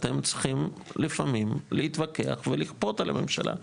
אתם צריכים לפעמים להתווכח ולכפות על הממשלה.